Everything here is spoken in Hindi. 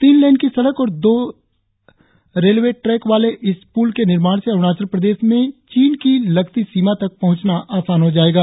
तीन लेन की सड़क और दो रेलवे ट्रैक वाले इस पुल के निर्माण से अरुणाचल प्रदेश में चीन की लगती सीमा तक पहुंचना आसान हो जाएगा